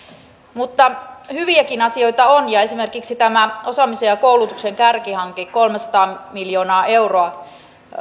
mutta hyviäkin asioita on esimerkiksi tämä osaamisen ja koulutuksen kärkihanke kolmesataa miljoonaa euroa